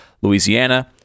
Louisiana